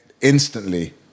instantly